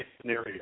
scenario